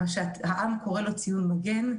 מה שהעם קורא לו ציון מגן.